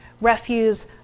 refuse